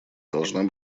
должна